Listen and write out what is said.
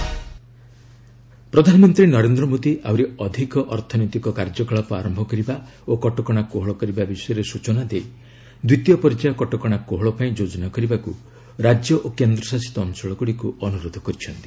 PM second phase unlocking ପ୍ରଧାନମନ୍ତ୍ରୀ ନରେନ୍ଦ୍ର ମୋଦି ଆହୁରି ଅଧିକ ଅର୍ଥନୈତିକ କାର୍ଯ୍ୟକଳାପ ଆରମ୍ଭ କରିବା ଓ କଟକଣା କୋହଳ କରିବା ବିଷୟରେ ସୂଚନା ଦେଇ ଦ୍ୱିତୀୟ ପର୍ଯ୍ୟାୟ କଟକଣା କୋହଳ ପାଇଁ ଯୋଜନା କରିବାକୁ ରାଜ୍ୟ ଓ କେନ୍ଦ୍ରଶାସିତ ଅଞ୍ଚଳଗୁଡ଼ିକୁ ଅନୁରୋଧ କରିଛନ୍ତି